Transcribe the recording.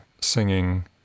singing